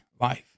life